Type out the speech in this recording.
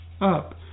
up